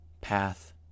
path